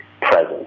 present